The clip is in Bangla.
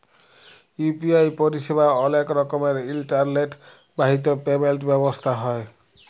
ইউ.পি.আই পরিসেবা অলেক রকমের ইলটারলেট বাহিত পেমেল্ট ব্যবস্থা হ্যয়